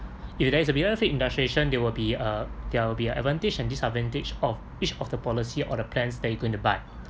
if there's a benefit illustrate there will be a there will be a advantage and disadvantage of each of the policy or the plans that you're gonna buy